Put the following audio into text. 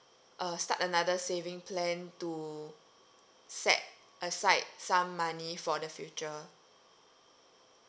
uh start another saving plan to set aside some money for the future